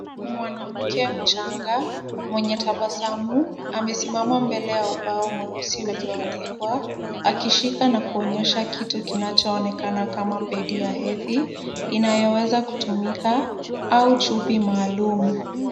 Mwanamke mchanga mwenye tabasamu amesimama mbele ya ubao mweusi ulioandkwa, akishika na kuonyesha kitu kinachoonekana kama pedi ya hedhi, inayoweza kutumika au chupi maalum.